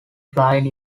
flying